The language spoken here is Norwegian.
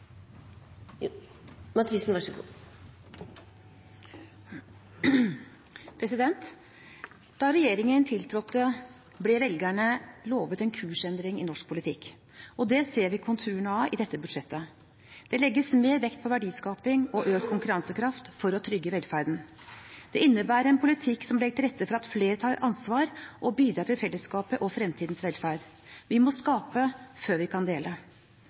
ingenting verdt så lenge regjeringen i sin helhetlige politikk svekker og ikke styrker kampen mot arbeidslivskriminalitet. Da regjeringen tiltrådte, ble velgerne lovet en kursendring i norsk politikk. Det ser vi konturene av i dette budsjettet. Det legges mer vekt på verdiskaping og økt konkurransekraft for å trygge velferden. Det innebærer en politikk som legger til rette for at flere tar ansvar og bidrar til fellesskapet og fremtidens velferd. Vi må skape før vi kan dele.